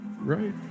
Right